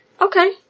okay